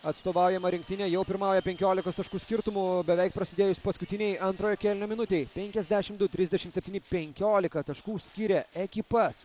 atstovaujama rinktinė jau pirmauja penkiolikos taškų skirtumu beveik prasidėjus paskutinei antrojo kėlinio minutei penkiasdešim du trisdešim septyni penkiolika taškų skiria ekipas